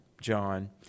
John